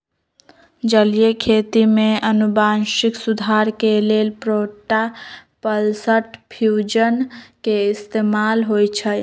जलीय खेती में अनुवांशिक सुधार के लेल प्रोटॉपलस्ट फ्यूजन के इस्तेमाल होई छई